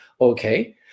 Okay